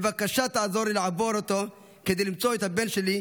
בבקשה, עזור לי לעבור אותו כדי למצוא את הבן שלי,